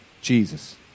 Jesus